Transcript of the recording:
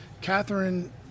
catherine